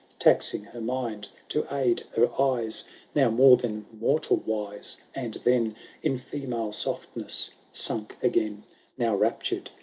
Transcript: taxing her mind to aid her eyes now more than mortal wise, and then in female softness sunk again now, raptured,